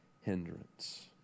hindrance